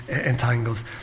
entangles